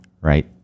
right